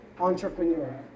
Entrepreneur